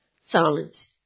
silence